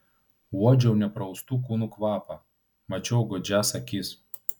uodžiau nepraustų kūnų kvapą mačiau godžias akis